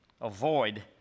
Avoid